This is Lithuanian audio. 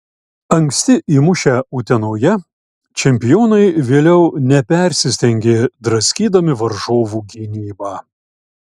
anksti įmušę utenoje čempionai vėliau nepersistengė draskydami varžovų gynybą